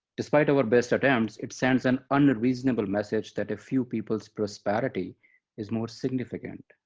despite our best attempts, it sends an unreasonable message that a few people's prosperity is more significant,